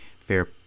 Fair